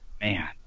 man